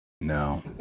No